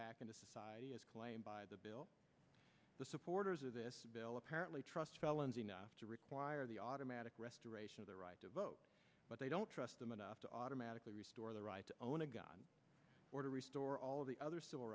back into society as claimed by the bill the supporters of this bill apparently trust felons enough to require the automatic restoration of the right to vote but they don't trust them enough to automatically restore the right to own a gun or to restore all of the other civil